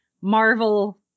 Marvel